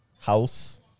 house